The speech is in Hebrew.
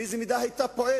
באיזו מידה היו פועלים,